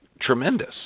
tremendous